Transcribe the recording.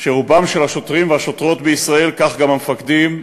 שרוב השוטרים והשוטרות בישראל, כך גם המפקדים,